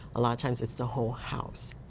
a lot of times it's the whole house.